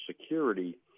security